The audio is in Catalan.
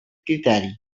criteri